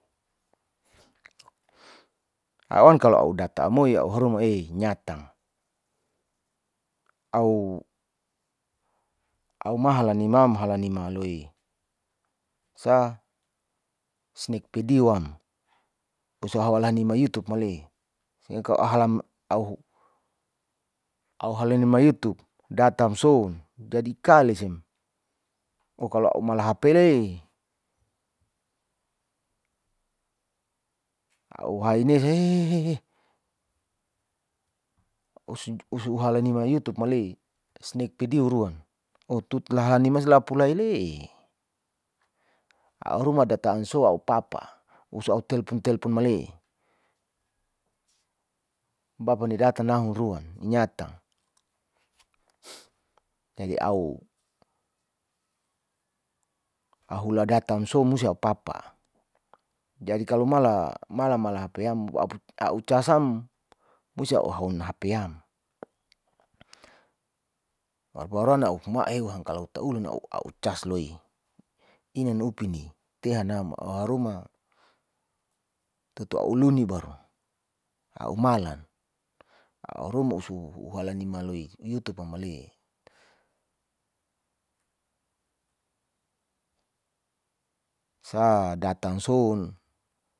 a'u kan a'u data amoi a'u haruma ei nyatan, a'u mahala nimamhala ni maloi sa snikpidiwam osohawalani mayutub male a'u halene mayetub datam soun jadi kalesim kalo a'u malahp lee, a'u haune'e usu halani mayutup male snek pidio rua oh tu'laha ni maslau lapu laile'e a'u ruma data'an soa a'u papa osu a'u telpon telpon male'e baba ni datan nahu ruan inyatang jadi a'u ladatan amso musti a'u papa, jadi kalo mala mala hapeyama a'u casam musi a'u haon hpyam kalo itaulun a'u cas loi inana upin tehanam aruma tutu a'u luni baru a'u malat a'u rumo usu huala nimaloi yutupa male'e sa datan so'un.